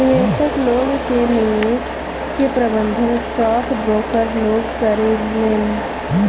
निवेशक लोग के निवेश के प्रबंधन स्टॉक ब्रोकर लोग करेलेन